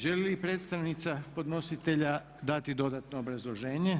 Želi li predstavnica podnositelja dati dodatno obrazloženje?